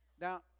Now